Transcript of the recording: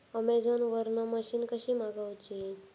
Amazon वरन machine कशी मागवची?